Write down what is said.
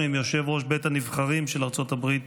עם יושב-ראש בית הנבחרים של ארצות הברית